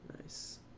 nice